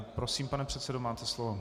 Prosím, pane předsedo, máte slovo.